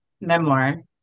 memoir